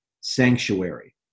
sanctuary